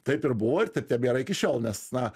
taip ir buvo ir taip tebėra iki šiol nes na